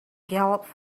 galloped